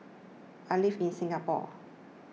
I live in Singapore